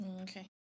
okay